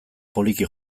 poliki